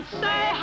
say